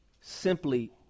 simply